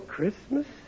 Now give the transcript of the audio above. Christmas